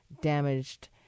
damaged